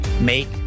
make